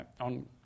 on